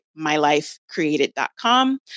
mylifecreated.com